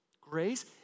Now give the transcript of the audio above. Grace